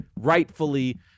rightfully